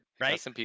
right